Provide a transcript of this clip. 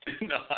No